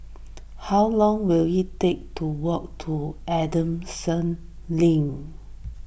how long will it take to walk to Adamson